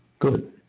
Good